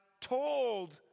told